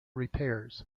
repairs